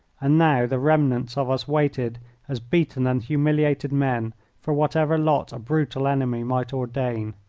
and now the remnants of us waited as beaten and humiliated men for whatever lot a brutal enemy might ordain!